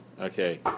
Okay